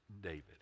David